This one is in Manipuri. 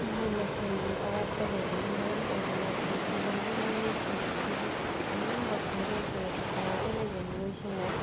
ꯃꯍꯩ ꯃꯁꯤꯡꯒꯤ ꯑꯋꯥꯠꯄ ꯂꯩꯕꯅ ꯃꯔꯝ ꯑꯣꯏꯗꯨꯅ ꯑꯩꯈꯣꯏꯒꯤ ꯈꯨꯡꯒꯪꯒꯤ ꯃꯤꯑꯣꯏꯁꯤꯡ ꯑꯁꯤꯒꯤ ꯑꯅꯝꯕ ꯈꯣꯟꯖꯦꯜꯁꯤꯡ ꯑꯁꯤ ꯁꯍꯔꯗ ꯂꯩꯕ ꯃꯤꯑꯣꯏꯁꯤꯡꯅ